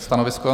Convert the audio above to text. Stanovisko?